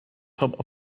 top